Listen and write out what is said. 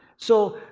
so,